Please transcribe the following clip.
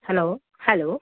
hello hello